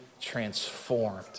transformed